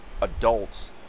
adults